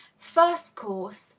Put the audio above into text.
first course.